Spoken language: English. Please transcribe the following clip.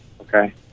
okay